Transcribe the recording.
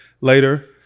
later